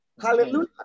Hallelujah